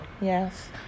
yes